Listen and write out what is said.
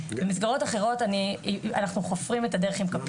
במסגרות אחרות אנחנו חופרים את הדרך עם כפית,